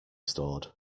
stored